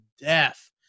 death